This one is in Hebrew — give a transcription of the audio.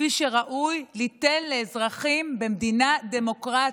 כפי שראוי ליתן לאזרחים במדינה דמוקרטית,